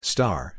Star